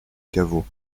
caveau